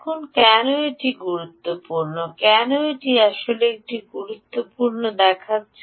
এখন কেন এটি গুরুত্বপূর্ণ কেন এটি আসলে এত গুরুত্বপূর্ণ দেখাচ্ছে